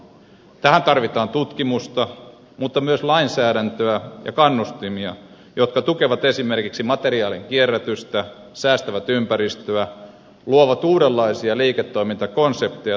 tähän tarvitaan tutkimusta mutta myös lainsäädäntöä ja kannustimia jotka tukevat esimerkiksi materiaalien kierrätystä säästävät ympäristöä luovat uudenlaisia liiketoimintakonsepteja ja tehostavat energian käyttöä